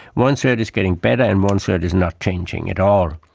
one-third is getting better and one-third is not changing at all.